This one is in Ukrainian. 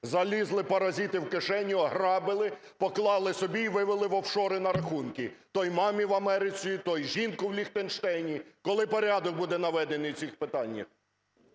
Залізли, паразити, в кишеню, ограбили, поклали собі і вивели в офшори на рахунки, той – мамі в Америці, той – жінці в Ліхтенштейні. Коли порядок буде наведений в цих питаннях?!